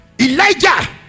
Elijah